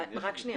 רק שנייה,